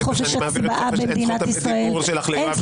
אני מעביר את זכות הדיבור שלך ליואב,